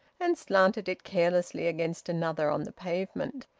and slanted it carelessly against another on the pavement.